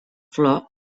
flor